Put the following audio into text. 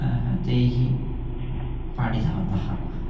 तैः पाठितवन्तः